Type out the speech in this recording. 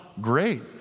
great